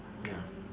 ya